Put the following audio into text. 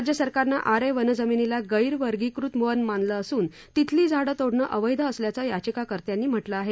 राज्य सरकारनं आरे वनजमिनीला गैरवर्गीकृत वन मानलं असून तिथली झाडं तोडणं अवैध असल्याचं याचिकाकर्त्यांनी म्हटलं आहे